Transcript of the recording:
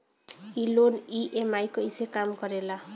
ई loan EMI कईसे काम करेला?